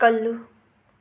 ꯀꯜꯂꯨ